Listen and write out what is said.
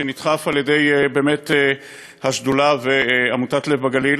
שנדחף על-ידי השדולה ועמותת "לב בגליל",